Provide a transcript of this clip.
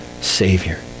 Savior